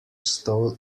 stole